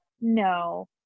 No